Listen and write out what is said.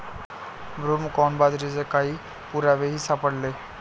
broomcorn बाजरीचे काही पुरावेही सापडले